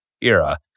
era